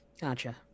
Gotcha